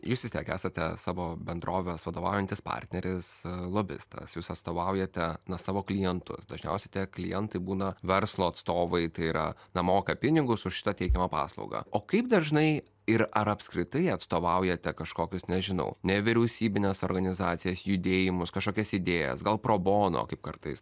jūs vis tiek esate savo bendrovės vadovaujantis partneris lobistas jūs atstovaujate na savo klientus dažniausiai tie klientai būna verslo atstovai tai yra na moka pinigus už šitą teikiamą paslaugą o kaip dažnai ir ar apskritai atstovaujate kažkokius nežinau nevyriausybines organizacijas judėjimus kažkokias idėjas gal pro bono kaip kartais